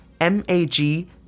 M-A-G